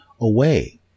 away